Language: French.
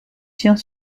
tient